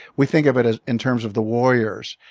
we think of it ah in terms of the warriors,